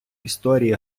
історії